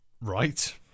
Right